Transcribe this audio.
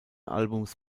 albums